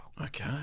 Okay